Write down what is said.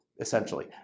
Essentially